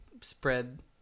spread